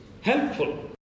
helpful